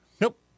Nope